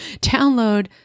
download